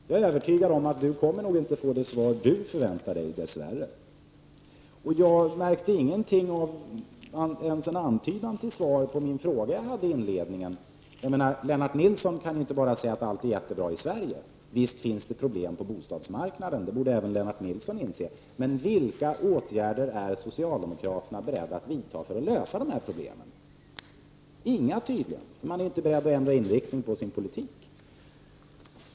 Jag är övertygad om att Lennart Nilsson dess värre inte kommer att få det svar han förväntar sig. Jag märkte inte ens en antydan till svar på den fråga som jag ställde i mitt inledningsanförande. Lennart Nilsson kan inte bara säga att allt är jättebra i Sverige. Visst finns det problem på bostadsmarknaden, det borde även Lennart Tydligen inga. De är inte beredda att ändra inriktningen på sin politik.